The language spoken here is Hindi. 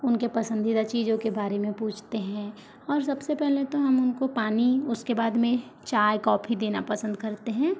उनकी पसंदीदा चीज़ों के बारे में पूछते हैं और सबसे पहले तो हम उनको पानी और उसके बाद में चाय कॉफ़ी देना पसंद करते हैं